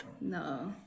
no